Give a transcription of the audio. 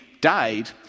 died